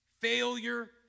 failure